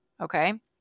Okay